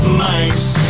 mice